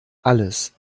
alles